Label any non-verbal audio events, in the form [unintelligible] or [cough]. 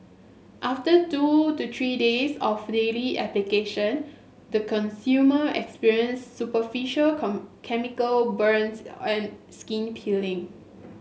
after two to three days of daily application the consumer experienced superficial [unintelligible] chemical burns and skin peeling